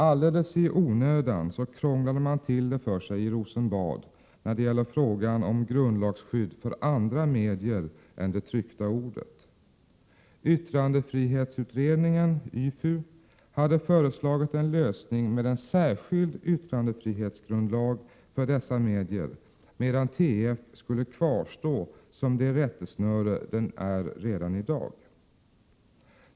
Alldeles i onödan krånglade man till det för sig i Rosenbad när det gäller frågan om grundlagsskydd för andra medier än det tryckta ordet. Yttrandefrihetsutredningen, YFU, hade föreslagit en lösning med en särskild yttrandefrihetsgrundlag för dessa medier, medan TF skulle kvarstå som det rättesnöre den är redan i dag.